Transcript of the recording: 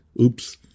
Oops